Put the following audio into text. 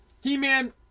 He-Man